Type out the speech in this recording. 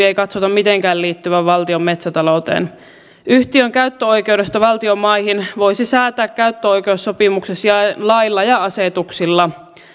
ei katsota mitenkään liittyvän valtion metsätalouteen yhtiön käyttöoikeudesta valtion maihin voisi säätää käyttöoikeussopimuksen sijaan lailla ja asetuksilla